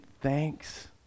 thanks